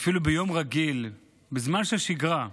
אפילו ביום רגיל, בזמן של שגרה,